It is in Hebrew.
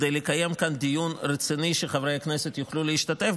כדי לקיים כאן דיון רציני שחברי הכנסת יוכלו להשתתף